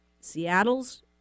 Seattle's